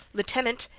lieutenant,